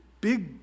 big